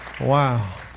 Wow